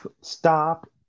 Stop